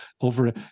over